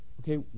Okay